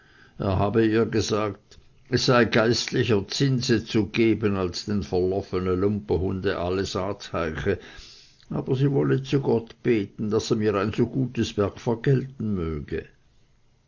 er habe ihr gesagt es sei geistlicher zinse zu geben als den verloffene lumpehunde alles az'häiche aber sie wolle zu gott beten daß er mir ein so gutes werk vergelten möge